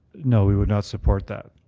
no, we would not support that.